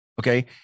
okay